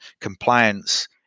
compliance